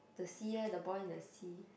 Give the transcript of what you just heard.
the sea leh the boy in the sea